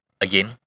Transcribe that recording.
again